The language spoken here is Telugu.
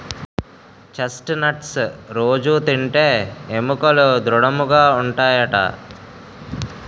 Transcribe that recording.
చెస్ట్ నట్స్ రొజూ తింటే ఎముకలు దృడముగా ఉంటాయట